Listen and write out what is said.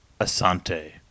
Asante